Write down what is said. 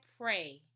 pray